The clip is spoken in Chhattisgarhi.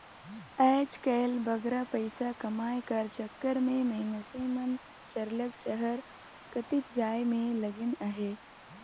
आएज काएल बगरा पइसा कमाए कर चक्कर में मइनसे मन सरलग सहर कतिच जाए में लगिन अहें